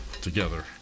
together